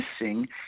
missing